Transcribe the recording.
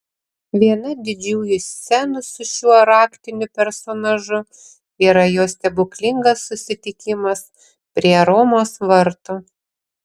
viena didžiųjų scenų su šiuo raktiniu personažu yra jo stebuklingas susitikimas prie romos vartų